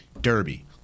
derby